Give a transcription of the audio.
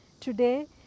today